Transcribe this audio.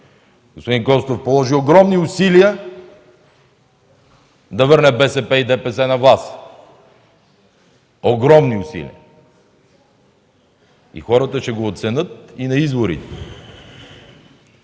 Господин Костов положи огромни усилия да върне БСП и ДПС на власт. Огромни усилия! И хората ще го оценят и на изборите.